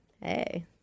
hey